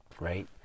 right